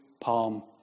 palm